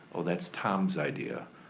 oh that's tom's idea,